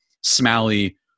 Smalley